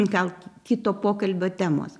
gal kito pokalbio temos